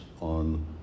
on